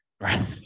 Right